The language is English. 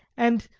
and,